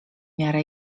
miarę